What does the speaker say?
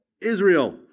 Israel